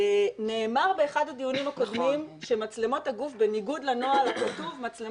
נאמר באחד הדיונים הקודמים שמצלמות הגוף בניגוד לנוהל הכתוב כן